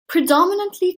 predominantly